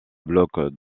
blocs